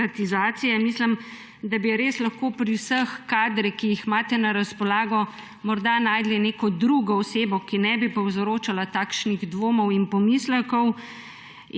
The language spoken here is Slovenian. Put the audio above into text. mislim, da bi res lahko pri vseh kadrih, ki jih imate na razpolago, našli neko drugo osebo, ki ne bi povzročala takšnih dvomov in pomislekov.